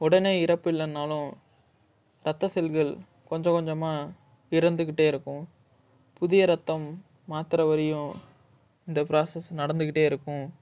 உடனே இறப்பு இல்லைன்னாலும் ரத்த செல்கள் கொஞ்ச கொஞ்சமாக இறந்துக்கிட்டே இருக்கும் புதிய ரத்தம் மாற்றுற வரையும் இந்த ப்ராசஸ் நடந்துக்கிட்டே இருக்கும்